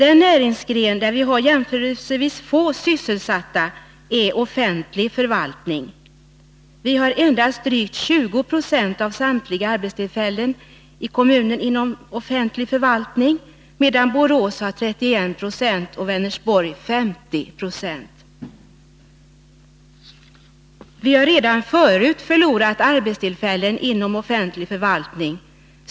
En näringsgren där vi har jämförelsevis få sysselsatta är offentlig förvaltning. Vi har endast drygt 20 26 av samtliga arbetstillfällen i kommunen inom offentlig förvaltning medan Borås har ca 31 och Vänersborg 50 96. Vi har redan förut förlorat arbetstillfällen inom offentlig förvaltning.